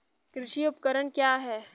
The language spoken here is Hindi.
कृषि उपकरण क्या है?